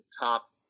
top